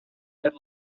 had